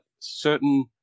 Certain